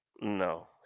No